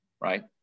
right